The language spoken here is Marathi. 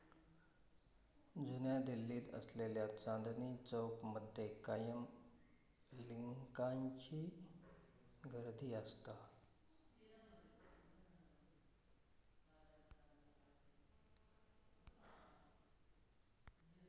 जुन्या दिल्लीत असलेल्या चांदनी चौक मध्ये कायम लिकांची गर्दी असता